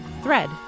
thread